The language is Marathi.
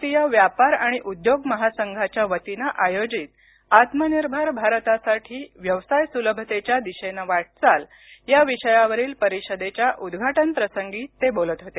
भारतीय व्यापार आणि उद्योग महासंघाच्या वतीनं आयोजित आत्मनिर्भर भारतासाठी व्यवसाय सुलभतेच्या दिशेनं वाटचाल या विषयावरील परिषदेच्या उद्घाटन प्रसंगी ते बोलत होते